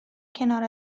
کنار